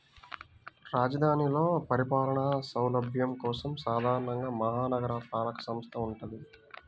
రాజధానిలో పరిపాలనా సౌలభ్యం కోసం సాధారణంగా మహా నగరపాలక సంస్థ వుంటది